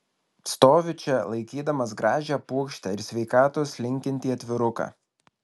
stoviu čia laikydamas gražią puokštę ir sveikatos linkintį atviruką